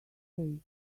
tasty